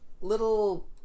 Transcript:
little